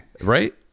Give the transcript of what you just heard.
right